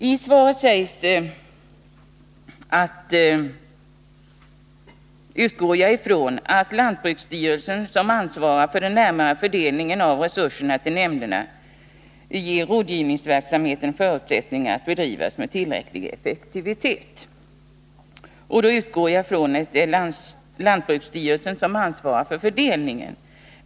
I svaret säger jordbruksministern bl.a. att han utgår från ”att lantbruksstyrelsen, som ansvarar för den närmare fördelningen av resurserna till nämnderna, ger rådgivningsverksamheten förutsättningar att bedrivas med tillräcklig effektivitet”. Då utgår jag för min del från att lantbruksstyrelsen ansvarar för fördelningen.